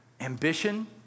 Ambition